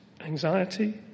anxiety